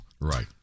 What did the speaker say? Right